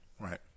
Right